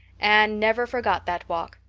anne never forgot that walk.